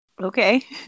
Okay